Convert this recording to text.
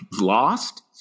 lost